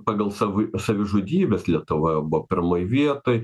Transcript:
pagal savui savižudybes lietuvoje buvo pirmoj vietoj